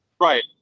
right